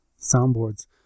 soundboards